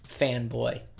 fanboy